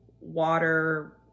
water